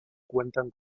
cuentan